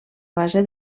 base